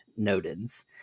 Nodens